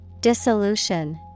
Dissolution